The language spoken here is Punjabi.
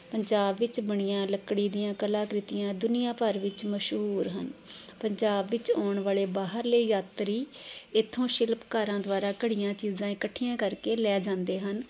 ਪੰਜਾਬ ਵਿੱਚ ਬਣੀਆਂ ਲੱਕੜੀ ਦੀਆਂ ਕਲਾਕ੍ਰਿਤੀਆਂ ਦੁਨੀਆਂ ਭਰ ਵਿੱਚ ਮਸ਼ਹੂਰ ਹਨ ਪੰਜਾਬ ਵਿੱਚ ਆਉਣ ਵਾਲੇ ਬਾਹਰਲੇ ਯਾਤਰੀ ਇੱਥੋਂ ਸ਼ਿਲਪਕਾਰਾਂ ਦੁਆਰਾ ਘੜੀਆਂ ਚੀਜ਼ਾਂ ਇਕੱਠੀਆਂ ਕਰਕੇ ਲੈ ਜਾਂਦੇ ਹਨ